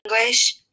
English